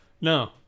No